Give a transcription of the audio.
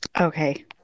Okay